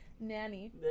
Nanny